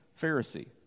Pharisee